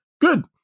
good